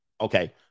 okay